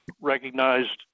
recognized